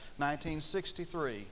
1963